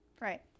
Right